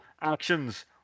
actions